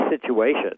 situation